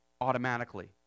automatically